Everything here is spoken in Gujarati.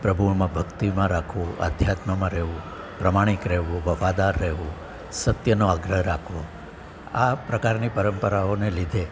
પ્રભુમાં ભક્તિમાં રાખવું અધ્યાત્મમાં રેવું પ્રમાણિક રહેવું વફાદાર રહેવું સત્યનો આગ્રહ રાખવો આ પ્રકારની પરંપરાઓને લીધે